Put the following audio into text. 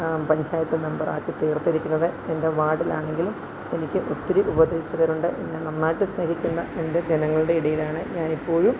പഞ്ചായത്ത് മെമ്പറാക്കി തീർത്തിരിക്കുന്നത് എൻ്റെ വാർഡിലാണങ്കിലും എനിക്ക് ഒത്തിരി ഉപദേശകരുണ്ട് എന്നെ നന്നായിട്ട് സ്നേഹിക്കുന്ന എൻ്റെ ജനങ്ങളുടെ ഇടയിലാണ് ഞാൻ ഇപ്പോഴും